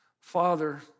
Father